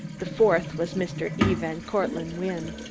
the fourth was mr. e. van cortlandt wynne.